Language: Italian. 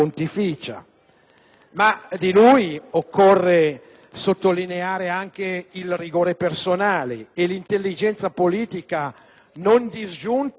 Andreotti occorre sottolineare anche il rigore personale e l'intelligenza politica, non disgiunta da una